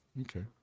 Okay